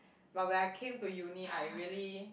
but when I came to uni I really